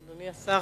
אדוני השר.